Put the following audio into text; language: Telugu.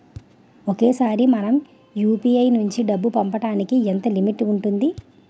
ఒకేసారి మనం యు.పి.ఐ నుంచి డబ్బు పంపడానికి ఎంత లిమిట్ ఉంటుంది?